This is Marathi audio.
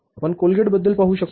आपण कोलगेट बद्दल पाहू शकतो